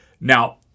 Now